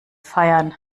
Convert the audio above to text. feiern